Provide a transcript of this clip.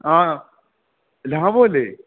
ആ ലാഭമല്ലേ